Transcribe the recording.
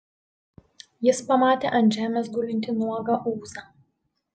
jis pamatė ant žemės gulintį nuogą ūzą